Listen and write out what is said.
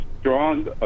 Strong